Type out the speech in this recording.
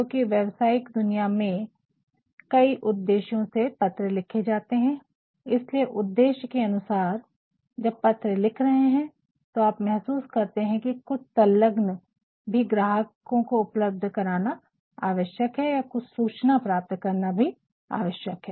क्योकि व्यावसायिक दुनिया में कई उद्देश्यों से पत्र लिखे जाते है इसलिए उद्देश्य के अनुसार जब पत्र लिख रहे है तो आप महसूस करते है की कुछ सल्लघन भी ग्राहकों उपलब्ध कराना भी आवशयक है या कुछ सूचना प्राप्त कराना भी आवश्यक है